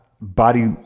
body